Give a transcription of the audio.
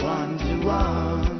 one-to-one